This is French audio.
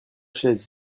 chaises